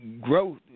growth